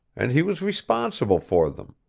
and he was responsible for them,